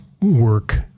work